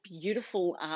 beautiful